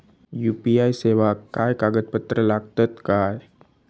UPI सेवाक काय कागदपत्र लागतत काय?